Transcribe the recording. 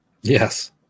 Yes